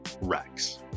Rex